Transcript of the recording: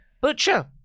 butcher